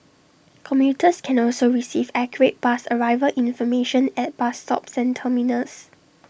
commuters can also receive accurate bus arrival information at bus stops and terminals